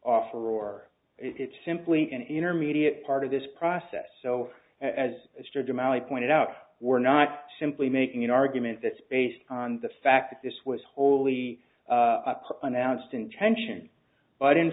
offer or it's simply an intermediate part of this process so as to demolish pointed out we're not simply making an argument that's based on the fact that this was wholly announced intention but in